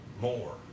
more